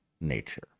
nature